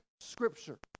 Scripture